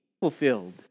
fulfilled